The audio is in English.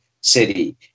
city